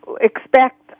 expect